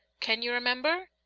can you remember?